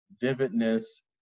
vividness